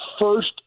first